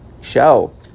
show